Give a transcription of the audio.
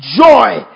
Joy